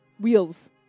wheels